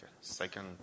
second